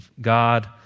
God